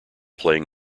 playing